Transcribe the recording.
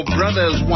brothers